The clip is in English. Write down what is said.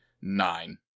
nine